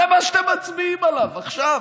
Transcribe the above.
זה מה שאתם מצביעים עליו עכשיו.